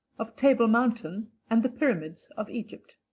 of table mountain, and the pyramids of egypt.